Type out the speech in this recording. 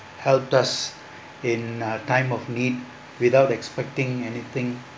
helped us in uh time of need without expecting anything